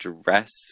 dress